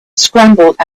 scrambled